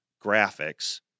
graphics